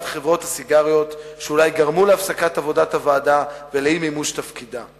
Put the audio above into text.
חברות הסיגריות שאולי גרמו להפסקת עבודת הוועדה ולאי-מימוש תפקידה.